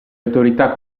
autorità